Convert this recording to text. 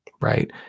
Right